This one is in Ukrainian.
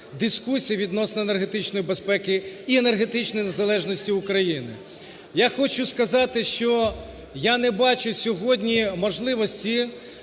дискусія відносно енергетичної безпеки і енергетичної незалежності України. Я хочу сказати, що я не бачу сьогодні можливості